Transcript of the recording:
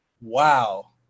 wow